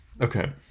okay